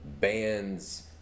bands